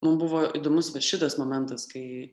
mum buvo įdomus vat šitas momentas kai